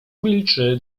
milczy